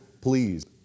please